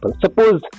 Suppose